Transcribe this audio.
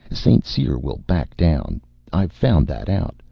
st. cyr will back down i've found that out.